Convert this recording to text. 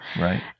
Right